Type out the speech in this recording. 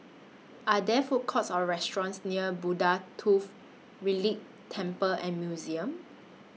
Are There Food Courts Or restaurants near Buddha Tooth Relic Temple and Museum